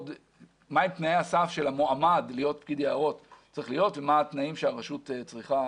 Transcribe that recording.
מה הם תנאי הסף של המועמד להיות פקיד יערות ומה התנאים שהרשות צריכה